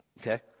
Okay